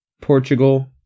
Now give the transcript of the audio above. Portugal